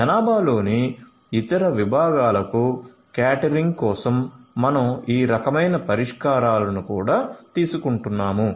జనాభాలోని ఇతర విభాగాలకు క్యాటరింగ్ కోసం మనం ఈ రకమైన పరిష్కారాలను కూడా తీసుకుంటున్నాము